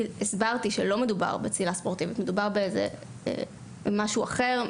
והסברתי שלא מדובר בצלילה ספורטיבית אלא במשהו אחר,